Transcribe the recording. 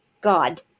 God